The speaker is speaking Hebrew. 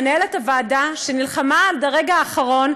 מנהלת הוועדה שנלחמה עד הרגע האחרון,